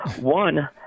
One